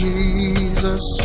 Jesus